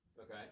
Okay